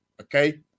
Okay